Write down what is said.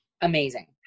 Amazing